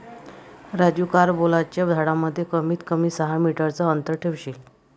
राजू कारंबोलाच्या झाडांमध्ये कमीत कमी सहा मीटर चा अंतर ठेवशील